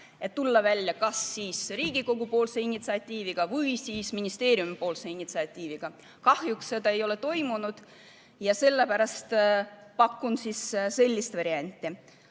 et tulla välja kas Riigikogu initsiatiiviga või ministeeriumi initsiatiiviga. Kahjuks seda ei ole toimunud ja sellepärast pakun sellist varianti.